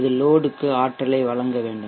இது லோட்க்கு ஆற்றலை வழங்க வேண்டும்